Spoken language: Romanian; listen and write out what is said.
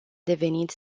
devenit